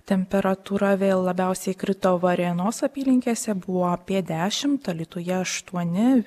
temperatūra vėl labiausiai krito varėnos apylinkėse buvo apie dešimt alytuje aštuoni